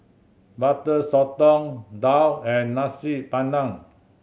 Butter Sotong daal and Nasi Padang